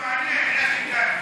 מעניין איך הגעתם.